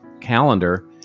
calendar